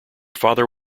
father